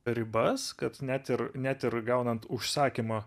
ribas kad net ir net ir gaunant užsakymą